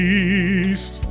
east